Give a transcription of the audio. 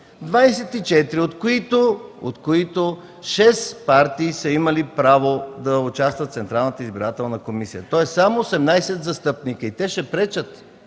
24, от които 6 партии са имали право да участват в Централната избирателна комисия. Тоест само 18 застъпници и те ще пречат?